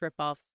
ripoffs